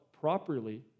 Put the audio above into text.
properly